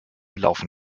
laufen